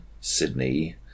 Sydney